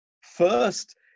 First